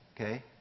okay